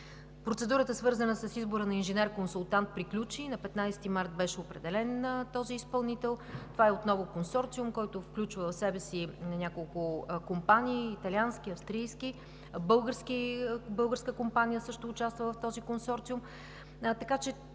Процедурата, свързана с избора на инженер-консултант, приключи. На 15 март беше определен този изпълнител. Това е отново консорциум, който включва няколко компании – италиански, австрийски, българска компания също участва в този консорциум.